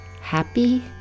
happy